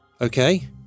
Okay